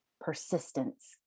persistence